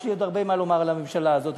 יש לי עוד הרבה מה לומר על הממשלה הזאת,